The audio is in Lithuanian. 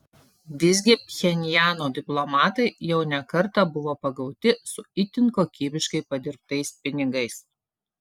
visgi pchenjano diplomatai jau ne kartą buvo pagauti su itin kokybiškai padirbtais pinigais